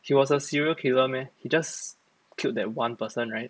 he was a serial killer meh he just killed that one person right